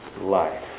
life